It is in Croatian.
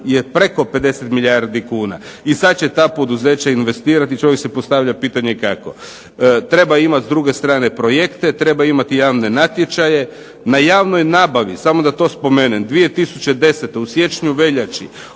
je preko 50 milijardi kuna. I sad će ta poduzeća investirati, čovjek si postavlja pitanje kako. Treba imati s druge strane projekte, treba imati javne natječaje. Na javnoj nabavi, samo da to spomenem, 2010. u siječnju i veljači